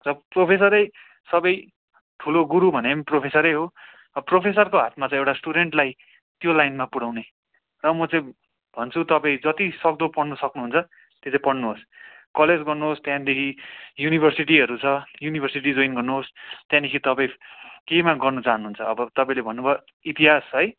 र प्रोफेसरै सबै ठुलो गुरु भने पनि प्रोफेसरै हो अब प्रोफेसरको हातमा छ एउटा स्टुडेन्टलाई त्यो लाइनमा पुऱ्याउने र म चाहिँ भन्छु तपाईँ जतिसक्दो पढ्नु सक्नुहुन्छ त्यो चाहिँ पढ्नुहोस् कलेज गर्नुहोस् त्यहाँदेखि युनिभर्सिटीहरू छ युनिभर्सिटी जोइन गर्नुहोस् त्यहाँदेखि तपाईँ केमा गर्न चाहनुहुन्छ अब तपाईँले भन्नुभयो इतिहास है